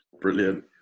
Brilliant